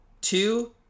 two